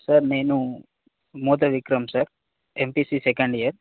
sir నేను మోత Vikram sir MPC second year